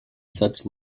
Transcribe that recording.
such